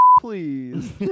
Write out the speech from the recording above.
please